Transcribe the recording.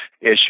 issue